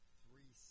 three